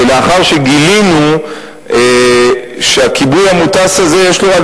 שלאחר שגילינו שהכיבוי המוטס הזה יש לו רק